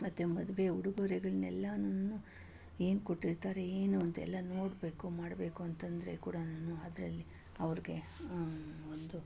ಮತ್ತೆ ಮದುವೆ ಉಡುಗೊರೆಗಳನ್ನೆಲ್ಲನೂ ಏನು ಕೊಟ್ಟಿರ್ತಾರೆ ಏನು ಅಂತ ಎಲ್ಲ ನೋಡಬೇಕು ಮಾಡಬೇಕು ಅಂತಂದರೆ ಕೂಡನೂ ಅದರಲ್ಲಿ ಅವ್ರಿಗೆ ಒಂದು